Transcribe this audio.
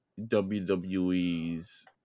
WWE's